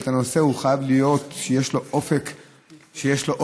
הוא חייב להיות כזה שיש לו אופק ארוך,